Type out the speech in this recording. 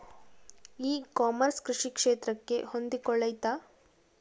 E commerce ಕೃಷಿ ಕ್ಷೇತ್ರಕ್ಕೆ ಹೊಂದಿಕೊಳ್ತೈತಾ?